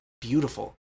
beautiful